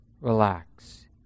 relax